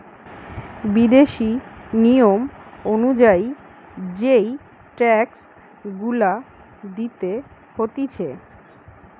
বিদেশি নিয়ম অনুযায়ী যেই ট্যাক্স গুলা দিতে হতিছে